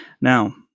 Now